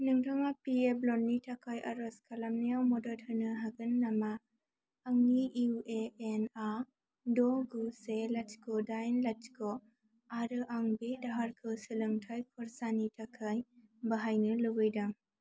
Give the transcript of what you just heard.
नोंथाङा पिएफ लननि थाखाय आरज खालामनायाव मदद होनो हागोन नामा आंनि इउएएनआ द' गु से लाथिख' दाइन लाथिख' आरो आं बे दाहारखौ सोलोंथाइ खरसानि थाखाय बाहायनो लुबैदों